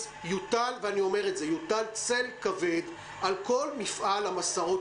אז יוטל צל כבד על כל מפעל המסעות